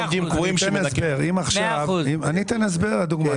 עובדים קבועים שמנקים --- אני אתן הסבר לדוגמה.